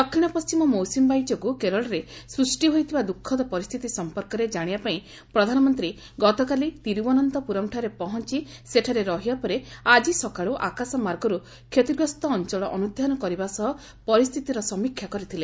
ଦକ୍ଷିଣ ପଣ୍ଢିମ ମୌସୁମୀ ବାୟୁ ଯୋଗୁଁ କେରଳରେ ସୃଷ୍ଟି ହୋଇଥିବା ଦୁଃଖଦ ପରିସ୍ଥିତି ସମ୍ପର୍କରେ ଜାଶିବାପାଇଁ ପ୍ରଧାନମନ୍ତ୍ରୀ ଗତକାଳି ତିରୁବନନ୍ତପୁରମ୍ରେ ପହଞ୍ଚ ସେଠାରେ ରହିବା ପରେ ଆକି ସକାଳୁ ଆକାଶମାର୍ଗରୁ କ୍ଷତିଗ୍ରସ୍ତ ଅଞ୍ଚଳ ଅନୁଧ୍ୟାନ କରିବା ସହ ପରିସ୍ଥିତିର ସମୀକ୍ଷା କରିଥିଲେ